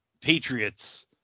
Patriots